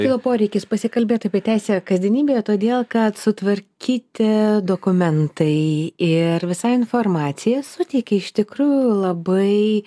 kilo poreikis pasikalbėt apie teisę kasdienybėje todėl kad sutvarkyti dokumentai ir visa informacija suteikia iš tikrųjų labai